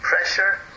pressure